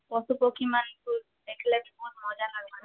ପଶୁପକ୍ଷୀ ମାନ୍କୁଁ ଦେଖ୍ଲେ ବି ବହୁତ୍ ମଜା ଲାଗ୍ବା ନା